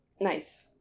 Nice